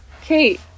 Kate